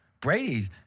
Brady